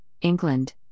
England